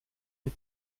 die